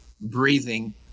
breathing